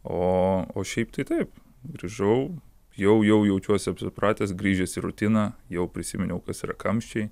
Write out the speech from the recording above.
o šiaip tai taip grįžau jau jau jaučiuosi apsipratęs grįžęs į rutiną jau prisiminiau kas yra kamščiai